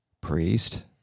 Priest